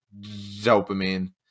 dopamine